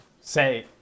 Say